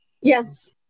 yes